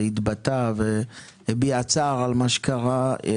הוא התבטא והביע צער על מה שקרה.